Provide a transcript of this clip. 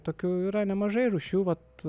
tokių yra nemažai rūšių vat